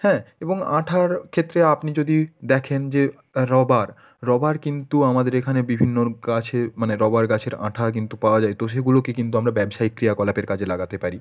হ্যাঁ এবং আঠার ক্ষেত্রে আপনি যদি দেখেন যে রবার রবার কিন্তু আমাদের এখানে বিভিন্ন গাছে মানে রবার গাছের আঠা কিন্তু পাওয়া যায় তো সেগুলোকে কিন্তু আমরা ব্যবসায়িক ক্রিয়াকলাপের কাজে লাগাতে পারি